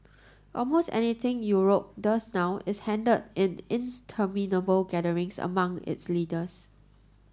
almost anything Europe does now is handled in interminable gatherings among its leaders